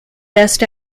best